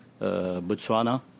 Botswana